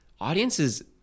audiences